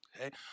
okay